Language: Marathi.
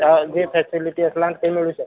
जे फॅसिलिटी असणार ती मिळू शकते